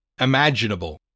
imaginable